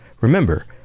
Remember